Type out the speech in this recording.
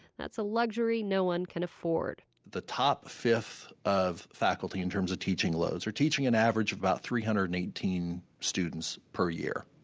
that's a luxury no one can afford the top fifth of faculty in terms of teaching loads are teaching an average of about three hundred and eighteen students per year.